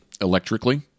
Electrically